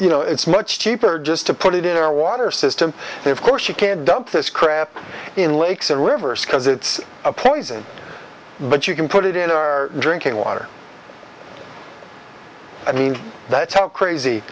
you know it's much cheaper just to put it in our water system of course you can't dump this crap in lakes and rivers because it's a poison but you can put it in our drinking water i mean that's how crazy